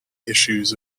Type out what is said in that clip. issues